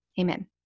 Amen